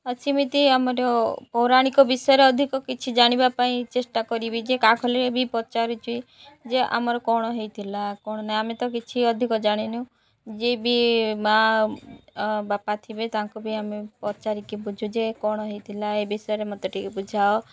ଆଉ ସେମିତି ଆମର ପୌରାଣିକ ବିଷୟରେ ଅଧିକ କିଛି ଜାଣିବା ପାଇଁ ଚେଷ୍ଟା କରିବି ଯେ କାହାକୁ ହେଲେ ବି ପଚାରୁଛି ଯେ ଆମର କ'ଣ ହେଇଥିଲା କ'ଣ ନାହିଁ ଆମେ ତ କିଛି ଅଧିକ ଜାଣିନୁ ଯିଏ ବି ମା ବାପା ଥିବେ ତାଙ୍କୁ ବି ଆମେ ପଚାରିକି ବୁଝୁ ଯେ କ'ଣ ହେଇଥିଲା ଏ ବିଷୟରେ ମତେ ଟିକେ ବୁଝାଅ